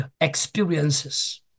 experiences